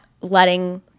letting